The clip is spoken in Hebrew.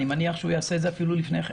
אני מניח שהוא יעשה את זה אפילו לפני כן.